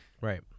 Right